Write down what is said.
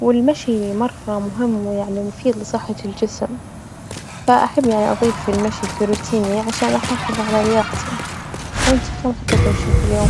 والمشي مرة مهم ويعني مفيد لصحة الجسم، فأحب يعني أظيف المشي في روتيني عشان أحافظ على لياقتي، وإنتي كم خطوة تمشين في اليوم?